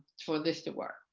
for this to work.